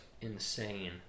insane